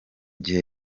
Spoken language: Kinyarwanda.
gihe